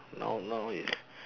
now now is